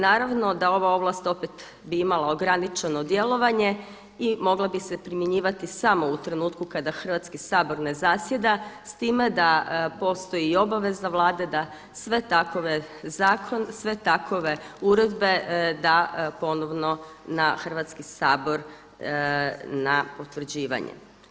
Naravno da ova ovlast opet bi imala ograničeno djelovanje i mogla bi se primjenjivati samo u trenutku kada Hrvatski sabor ne zasjeda s time da postoji i obaveza Vlade da sve takve zakone, sve takve uredbe da ponovno na Hrvatski sabor na potvrđivanje.